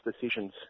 decisions